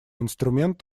инструмент